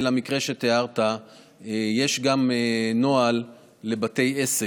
למקרה שתיארת יש גם נוהל לבתי עסק,